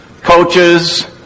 coaches